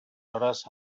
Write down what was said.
hores